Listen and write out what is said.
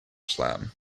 slam